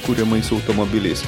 kuriamais automobiliais